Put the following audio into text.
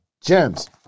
gems